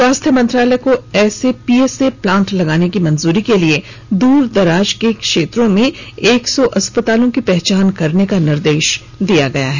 स्वास्थ्य मंत्रालय को ऐसे पीएसए प्लांट लगाने की मंजूरी के लिए दूर दराज के क्षेत्रों में एक सौ अस्पतालों की पहचान करने का निर्देश दिया गया है